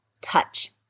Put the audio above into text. touch